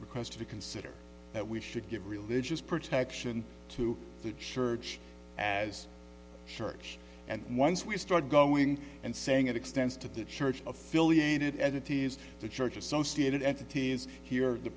request to consider that we should give religious protection to the church as shirk and once we start going and saying it extends to the church affiliated entities the church associated entities here the